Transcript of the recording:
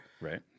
Right